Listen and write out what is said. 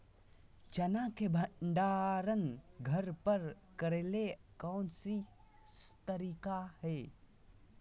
चना के भंडारण घर पर करेले कौन सही तरीका है?